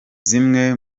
zimwe